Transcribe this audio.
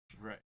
Right